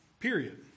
Period